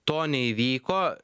to neįvyko